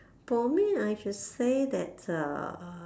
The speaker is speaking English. for me I should say that uh